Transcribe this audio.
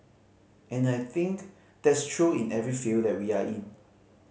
and I think that's true in every field that we are in